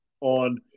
on